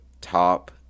top